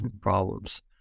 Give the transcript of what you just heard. problems